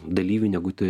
dalyvių negu tai